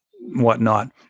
whatnot